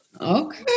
Okay